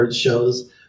shows